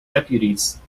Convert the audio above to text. deputies